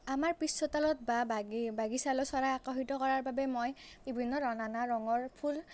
আমাৰ পিছ চোতালত বা বাগিচালৈ চৰাইক আকৰ্ষিত কৰাৰ বাবে মই বিভিন্ন ধৰণৰ নানা ৰঙৰ ফুল